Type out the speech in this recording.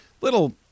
Little